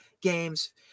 games